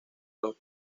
los